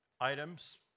items